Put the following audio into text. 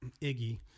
Iggy